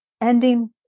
ending